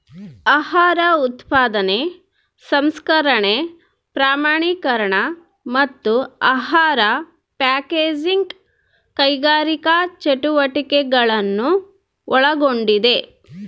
ಆಹಾರ ಉತ್ಪಾದನೆ ಸಂಸ್ಕರಣೆ ಪ್ರಮಾಣೀಕರಣ ಮತ್ತು ಆಹಾರ ಪ್ಯಾಕೇಜಿಂಗ್ ಕೈಗಾರಿಕಾ ಚಟುವಟಿಕೆಗಳನ್ನು ಒಳಗೊಂಡಿದೆ